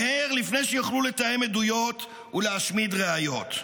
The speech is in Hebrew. מהר, לפני שיוכלו לתאם עדויות ולהשמיד ראיות.